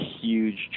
huge